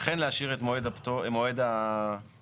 אכן להשאיר את מועד התחולה,